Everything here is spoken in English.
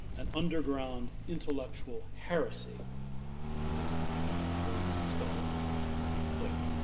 an underground intellectual heresy is as one scholar put it.